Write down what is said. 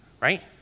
right